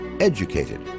EDUCATED